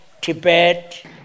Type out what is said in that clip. Tibet